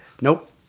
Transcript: Nope